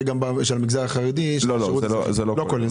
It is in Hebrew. זה לא כולל.